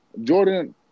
Jordan